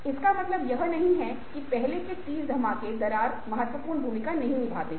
इसका मतलब यह नहीं है कि पहले के 30 धमाके दरार महत्वपूर्ण भूमिका नहीं निभाते थे